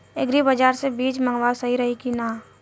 Agri बाज़ार से बीज मंगावल सही रही की ना?